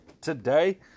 today